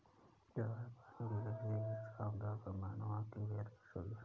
जल वाष्प, पानी की गैसीय अवस्था, आमतौर पर मानव आँख के लिए अदृश्य होती है